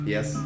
Yes